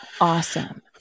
Awesome